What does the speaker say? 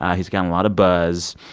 ah he's gotten a lot of buzz.